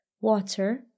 water